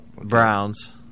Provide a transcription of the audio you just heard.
Browns